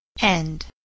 End